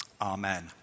amen